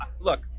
look